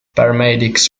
paramedics